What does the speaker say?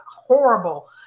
horrible